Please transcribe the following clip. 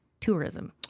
tourism